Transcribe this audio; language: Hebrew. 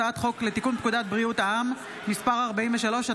הצעת חוק לתיקון פקודת בריאות העם (מס' 43),